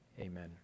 amen